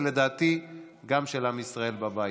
ולדעתי גם של עם ישראל בבית.